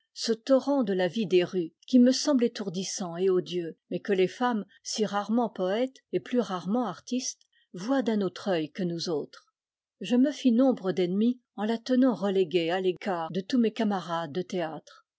ce torrent de la vie des rues qui me semble étourdissant et odieux mais que les femmes si rarement poètes et plus rarement artistes voient d'un autre œil que nous autres je me fis nombre d'ennemis en la tenant reléguée à l'écart de tous mes camarades de théâtre